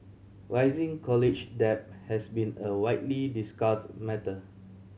rising college debt has been a widely discussed matter